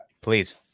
Please